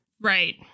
Right